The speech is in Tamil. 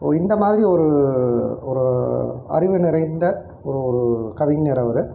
இந்தமாதிரி ஒரு ஒரு அறிவு நிறைந்த ஒரு ஒரு கவிஞர் அவர்